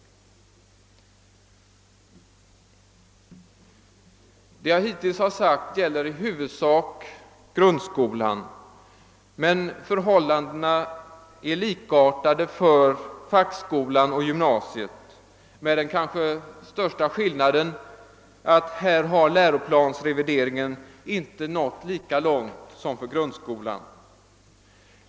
Det jag hittills sagt gäller i huvudsak grundskolan, men förhållandena är likartade för fackskolan och gymnasiet, med den kanske största skillnaden att läroplansrevideringen här inte nått lika långt som för grundskolan.